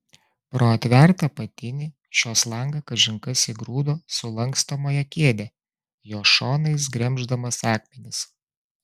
pro atvertą apatinį šios langą kažin kas įgrūdo sulankstomąją kėdę jos šonais gremždamas akmenis